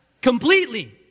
completely